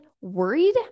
worried